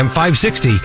560